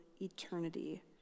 eternity